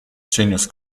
genius